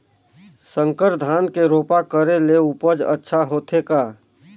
संकर धान के रोपा करे ले उपज अच्छा होथे का?